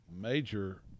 major